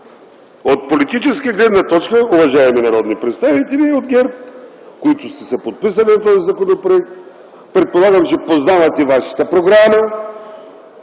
от политическа гледна точка, уважаеми народни представители от ГЕРБ, които сте се подписали под този законопроект. Предполагам, че познавате вашата програма